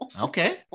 Okay